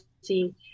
see